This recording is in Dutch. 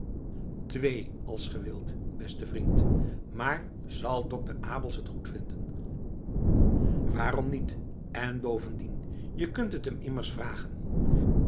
twee als ge wilt beste vriend maar zal dokter abels t goedvinden waarom niet en bovendien je kunt het hem immers vragen